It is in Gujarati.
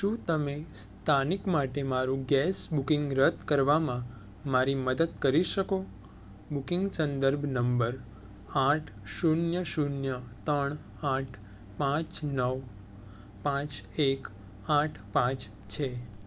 શું તમે સ્થાનિક માટે મારું ગેસ બુકિંગ રદ કરવામાં મારી મદદ કરી શકો બુકિંગ સંદર્ભ નંબર આઠ શૂન્ય શૂન્ય ત્રણ આઠ પાંચ નવ પાંચ એક આઠ પાંચ છે